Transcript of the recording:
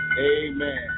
Amen